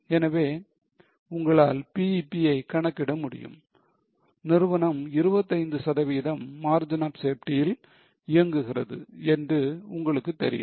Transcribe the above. எனவே உங்களால் BEP யை கணக்கிட முடியும் நிறுவனம் 25 சதவிகிதம் Margin of Safety ல் இயங்குகிறது என்று உங்களுக்கு தெரியும்